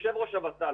יושב ראש הוות"ל,